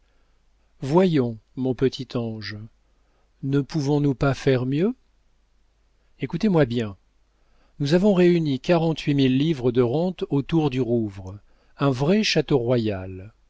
voyons mon petit ange ne pouvons-nous pas faire mieux écoutez-moi bien nous avons réuni quarante-huit mille livres de rente autour du rouvre un vrai château royal